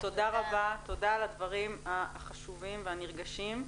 תודה רבה על הדברים החשובים והנרגשים.